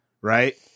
right